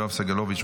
יואב סגלוביץ',